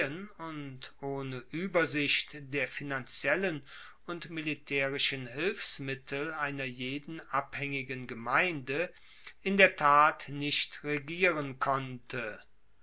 und ohne uebersicht der finanziellen und militaerischen hilfsmittel einer jeden abhaengigen gemeinde in der tat nicht regieren konnte